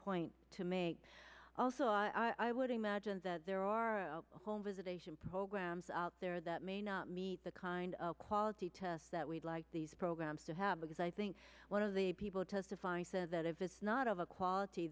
point to make also i would imagine that there are home visitation programs out there that may not meet the kind of quality tests that we'd like these programs to have because i think one of the people testifying said that if it's not of a quality